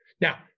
Now